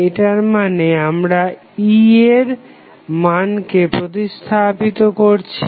এটার মানে আমরা E এর মানকে প্রতিস্থাপিত করছি